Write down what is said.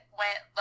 went